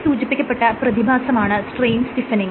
മേൽ സൂചിപ്പിക്കപ്പെട്ട പ്രതിഭാസമാണ് സ്ട്രെയിൻ സ്റ്റിഫെനിങ്